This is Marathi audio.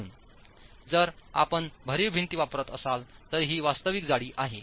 म्हणून जर आपण भरीव भिंती वापरत असाल तर ही वास्तविक जाडी आहे